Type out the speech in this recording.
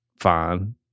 fine